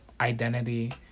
identity